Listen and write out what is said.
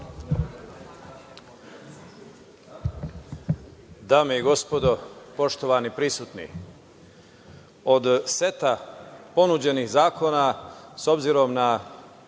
Dame i gospodo, poštovani prisutni, od seta ponuđenih zakona, s obzirom na